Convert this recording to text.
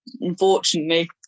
unfortunately